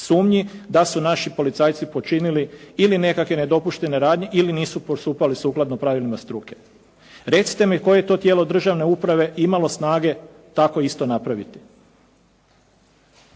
sumnji da su naši policajci počinili ili nekakve nedopuštene radnje ili nisu postupali sukladno pravilima struke. Recite mi koje je to tijelo državne uprave imalo snage tako isto napraviti?